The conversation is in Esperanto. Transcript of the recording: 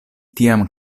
tiam